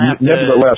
Nevertheless